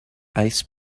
ice